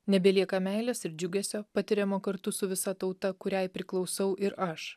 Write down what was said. nebelieka meilės ir džiugesio patiriamo kartu su visa tauta kuriai priklausau ir aš